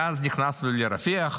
מאז נכנסנו לרפיח,